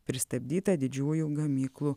pristabdyta didžiųjų gamyklų